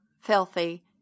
filthy